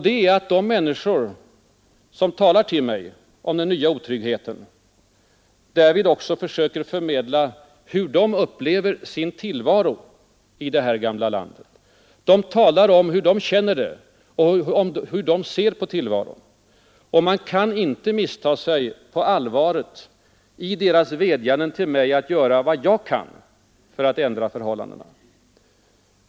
Det är att de människor, som talar till mig om den nya otryggheten, därvid också försöker förmedla hur de upplever sin tillvaro i det här gamla landet. De talar om hur de känner det, hur de ser på tillvaron. Och man kan inte missta sig på allvaret i deras vädjanden till mig att göra vad jag kan för att ändra förhållandena.